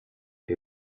die